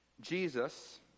Jesus